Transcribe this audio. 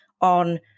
on